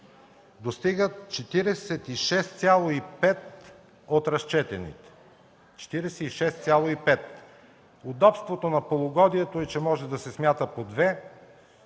достигат 46,5 от разчетените. Удобството на полугодието е, че може да се смята по две,